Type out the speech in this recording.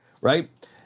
right